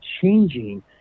changing